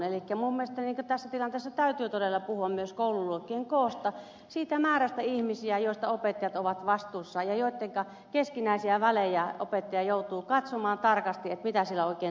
elikkä minun mielestäni tässä tilanteessa täytyy todella puhua myös koululuokkien koosta siitä määrästä ihmisiä joista opettajat ovat vastuussa ja joittenka keskinäisiä välejä opettaja joutuu katsomaan tarkasti mitä siellä oikein